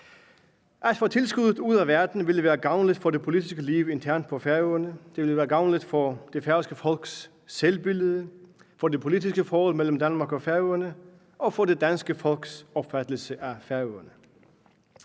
At få tilskuddet ud af verden ville være gavnligt for det politiske liv internt på Færøerne. Det ville være gavnligt for det færøske folks selvbillede, for det politiske forhold mellem Danmark og Færøerne og for det danske folks opfattelse af Færøerne.